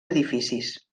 edificis